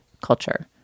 CULTURE